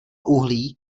uhlí